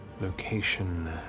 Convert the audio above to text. location